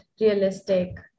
Realistic